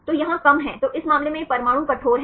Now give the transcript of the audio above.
तो यहाँ कम हैं तो इस मामले में ये परमाणु कठोर हैं